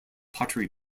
pottery